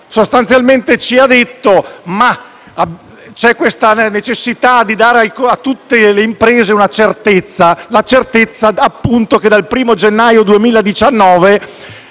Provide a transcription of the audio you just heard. Sostanzialmente, ci ha detto: c'è questa necessità di dare a tutte le imprese una certezza, la certezza, appunto, che dal 1° gennaio 2019